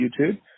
YouTube